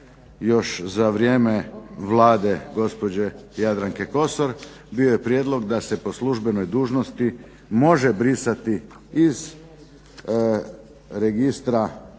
još za vrijeme Vlade gospođe Jadranke Kosor, bio je prijedlog da se po službenoj dužnosti može brisati iz registra